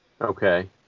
okay